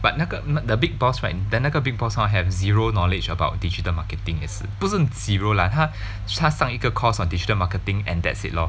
but 那个 the big boss right then 那个 big boss hor have zero knowledge about digital marketing 也是不是 zero lah 他上一个 course on digital marketing and that's it lor